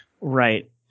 Right